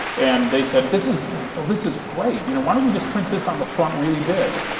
and they said, this is so this is great, you know why don't we just print this on the front, really big?